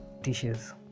dishes